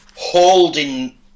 holding